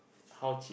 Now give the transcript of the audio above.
how cheap